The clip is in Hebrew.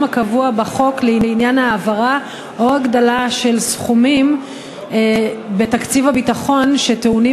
הקבוע בחוק לעניין העברה או הגדלה של סכומים בתקציב הביטחון שטעונות